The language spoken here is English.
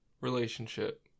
relationship